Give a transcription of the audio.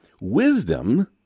Wisdom